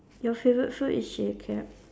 your favorite food is chili crab